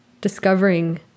discovering